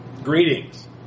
Greetings